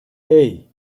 hey